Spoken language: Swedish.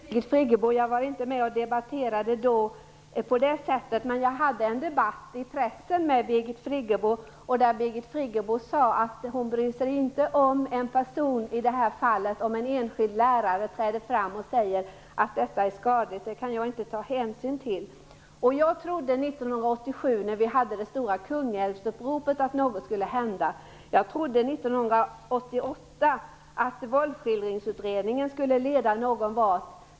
Fru talman! Nej, jag var inte med och debatterade på det sättet, Birgit Friggebo. Men jag förde en debatt i pressen med Birgit Friggebo, där hon sade att hon inte brydde sig om ifall en person, i det här fallet en enskild lärare, trädde fram och sade att detta var skadligt. Det kan jag inte ta hänsyn till, sade hon. Jag trodde att något skulle hända 1987, när vi hade det stora Kungälvsuppropet. Jag trodde att Våldsskildringsutredningen 1988 skulle leda någonvart.